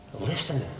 listen